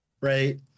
right